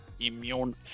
immune